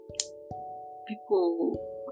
people